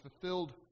fulfilled